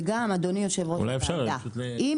אדוני יו"ר הוועדה, אם